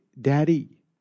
Daddy